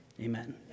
Amen